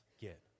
get